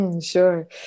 Sure